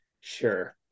sure